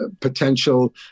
potential